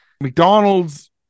McDonald's